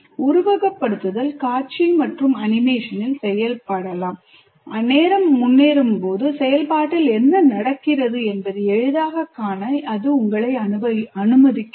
உருவகப்படுத்துதல் காட்சி மற்றும் அனிமேஷனில் செய்யப்படலாம் நேரம் முன்னேறும்போது செயல்பாட்டில் என்ன நடக்கிறது என்பதை எளிதாகக் காண உங்களை அனுமதிக்கிறது